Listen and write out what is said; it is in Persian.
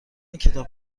کتاب